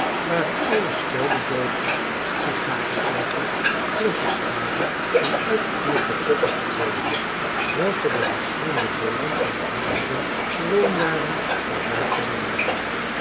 waren alle speldendoosjes sigarenpijpen klosjes garen en uitgeknipte poppen verdwenen welke de verschillende leden van het huisgezin gewoon waren aldaar te bewaren